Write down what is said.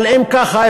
אבל אם ככה,